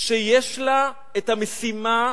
שיש לה המשימה